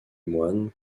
moine